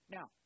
Now